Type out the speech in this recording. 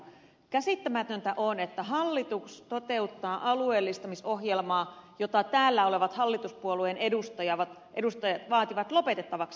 käsittämätöntä on että hallitus toteuttaa alueellistamisohjelmaa jota täällä olevat hallituspuolueen edustajat vaativat lopetettavaksi